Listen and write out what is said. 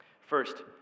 First